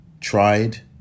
tried